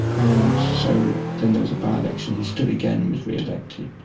and so then there was a by-election, he stood again and was re-elected,